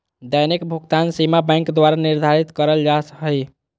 दैनिक भुकतान सीमा बैंक द्वारा निर्धारित करल जा हइ